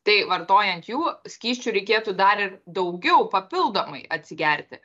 tai vartojant jų skysčių reikėtų dar ir daugiau papildomai atsigerti